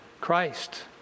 Christ